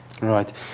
Right